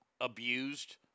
abused